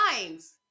times